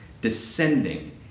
descending